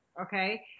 okay